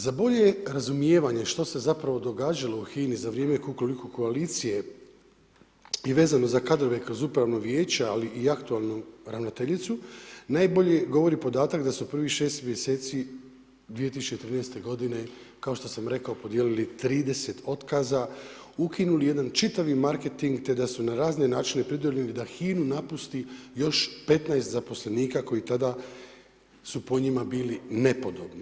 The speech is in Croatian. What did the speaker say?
Za bolje razumijevanje što se zapravo događalo u HINA-i za vrijeme Kukuriku koalicije je vezano za kadrove kroz upravno vijeće, ali i aktualnu ravnateljicu, najbolje govori podatak da su u prvih 6 mjeseci 2013. godine, kao što sam rekao, podijelili 30 otkaza, ukinuli jedan čitavi marketing, te da su na razne načine pridonijeli da HINA-u napusti još 15 zaposlenika koji tada su po njima bili nepodobni.